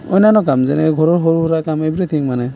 অন্যান্য কাম যেনেকে ঘৰুৰ সৰু সুৰা কাম এভ্ৰিথিং মানে